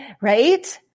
Right